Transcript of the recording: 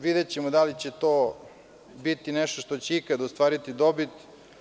Videćemo da li će to biti nešto što će ikada ostvariti dobit.